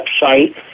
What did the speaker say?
website